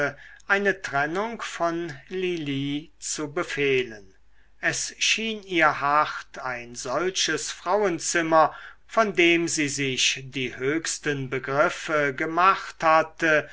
eine trennung von lili zu befehlen es schien ihr hart ein solches frauenzimmer von dem sie sich die höchsten begriffe gemacht hatte